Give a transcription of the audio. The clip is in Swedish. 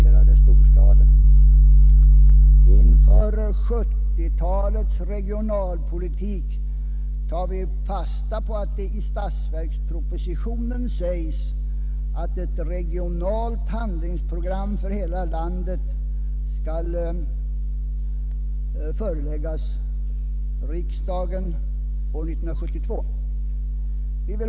Inför 1970 talets regionalpolitik tar vi fasta på att det i statsverkspropositionen sägs att ett regionalt handlingsprogram för hela landet skall föreläggas riksdagen år 1972.